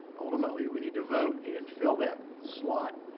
ultimately, we need to vote and fill that slot.